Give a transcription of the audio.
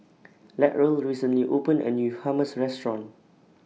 Latrell recently opened A New Hummus Restaurant